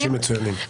אנשים מצוינים.